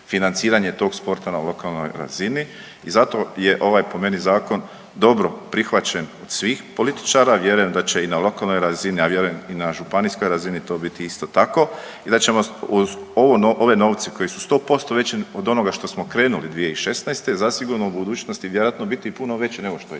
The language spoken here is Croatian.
tog sporta na lokalnoj razini. I zato je ovaj po meni zakon dobro prihvaćen od svih političara, a vjerujem da će i na lokalnoj razini, a vjerujem i na županijskog razini to biti isto tako i da ćemo uz ove novce koje su 100% veći od onoga što smo krenuli 2016. zasigurno u budućnosti vjerojatno i biti puno veći nego što je